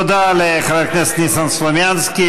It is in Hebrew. תודה לחבר הכנסת ניסן סלומינסקי,